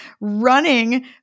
Running